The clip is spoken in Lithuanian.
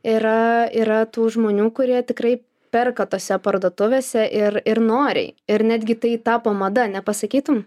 yra yra tų žmonių kurie tikrai perka tose parduotuvėse ir ir noriai ir netgi tai tapo mada nepasakytum